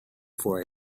for